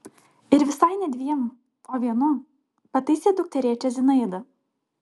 ir visai ne dviem o vienu pataisė dukterėčią zinaida